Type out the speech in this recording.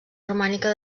romànica